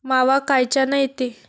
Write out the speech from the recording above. मावा कायच्यानं येते?